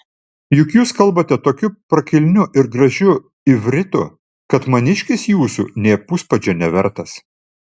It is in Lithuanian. juk jūs kalbate tokiu prakilniu ir gražiu ivritu kad maniškis jūsų nė puspadžio nevertas